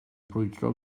brwydro